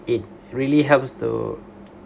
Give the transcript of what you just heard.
it really helps to